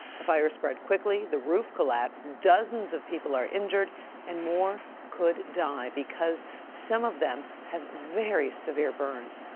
the fire spread quickly. the roof collapsed. dozens of people are injured and more could die because some of them have very severe burns.